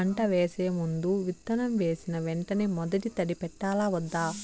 పంట వేసే ముందు, విత్తనం వేసిన వెంటనే మొదటి తడి పెట్టాలా వద్దా?